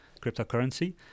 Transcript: cryptocurrency